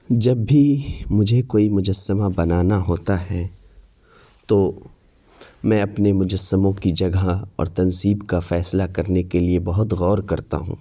جب بھی مجھے کوئی مجسمہ بنانا ہوتا ہے تو میں اپنے مجسموں کی جگہ اور تنصیب کا فیصلہ کرنے کے لیے بہت غور کرتا ہوں